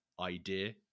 idea